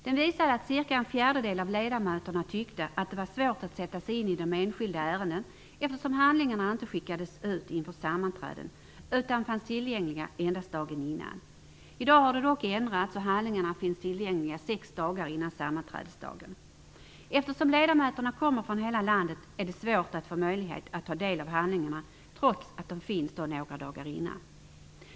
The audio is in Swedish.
Den visade att cirka en fjärdedel av ledamöterna tyckte att det var svårt att sätta sig in i de enskilda ärendena, eftersom handlingarna inte skickades ut inför sammanträdena utan de fanns tillgängliga endast dagen innan. I dag har detta dock ändrats, och handlingarna finns nu tillgängliga sex dagar innan sammanträdesdagen. Eftersom ledamöterna kommer från hela landet är det svårt för dem att få möjlighet att ta del av handlingarna, trots att de finns tillgängliga några dagar innan sammanträdet.